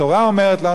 התורה אומרת לנו,